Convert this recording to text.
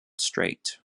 strait